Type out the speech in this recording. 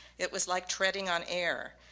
it was like treading on air.